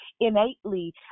innately